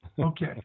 Okay